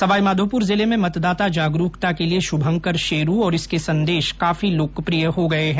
सवाईमाधोपुर जिले में मतदाता जागरूकता के लिए शुभंकर शेरू और इसके संदेश काफी लोकप्रिय हो गए है